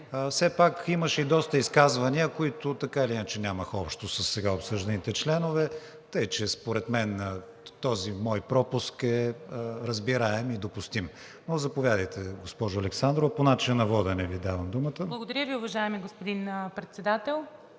Все пак имаше и доста изказвания, които така или иначе нямаха общо със сега обсъжданите членове, тъй че според мен този мой пропуск е разбираем и допустим. Заповядайте, госпожо Александрова, по начина на водене. АННА АЛЕКСАНДРОВА (ГЕРБ-СДС): Благодаря Ви, уважаеми господин Председател.